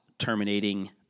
terminating